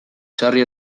sarri